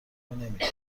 نمیده